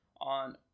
on